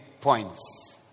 points